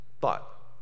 thought